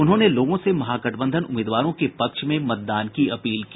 उन्होंने लोगों से महागठबंधन उम्मीदवारों के पक्ष में मतदान की अपील की